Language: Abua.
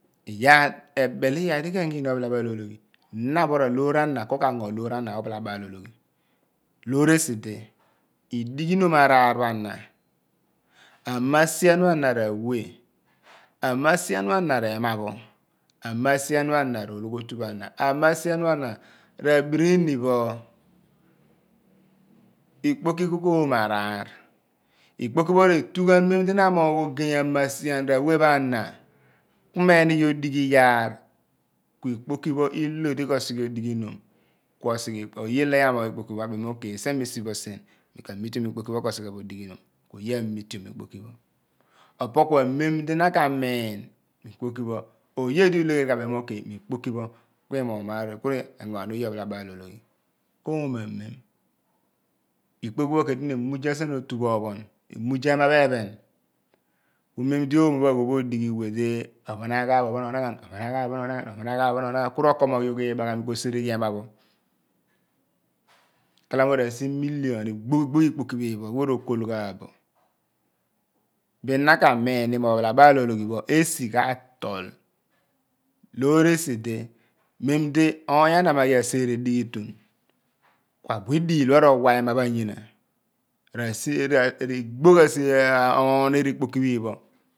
Iyar ebel iyar di ke ni aphalabal ologhi na pho ra loor ana ku ka angno loor ana ophalabal ologhi loor esi di idighi num araar pha ana ama sian pha na ra we ama sian pha na rema pho ama sian pha na ro loghotu pha na ama sian pha na ra birin pho ikpoki ku ko-omo eraraar ikpoki pho retu ghan mem di na amogh ogey amasian ra we pha na ku me nighe odighi iyaar ku ikpoki pho ilo di ko sighe odighi num ku osi ghi ipe oye lo amogh ikpoki pho abem mo oke sien me si bo sien mi ka mitiom ikpoki pho ko sighe bo odighinum oye amitiom ikpoki opo ku amen di na ka miin ikpoki pho oye di ulegheri ka bem oke mi ikpo pho ku imoogh maaro ku regno ghan oye ophalabal ologhi ko-omo amem ikpho ke tue ni emuza sien oto pho phon emuza ama pho ephen ku memdi omo pho awe pho odighi we di ophon aghaaph ophon ouaghan opho aghaaph opho onaghan ku ro ko mogh iibagha mi ko sere ema pho khala mo ra si milion ni igbogh igbogh ikpoki phi pho awa ro kol ghaagh bo bin naka miin ni mo ophalabaal ologhi pho esi ka tol loor esi di mem dioony ana maghi asire dighiton ku abu iidiil pho ro wa ema pha anyina ri gbogh asio ooniir ikpoki pho iphen pho